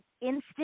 instant